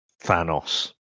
thanos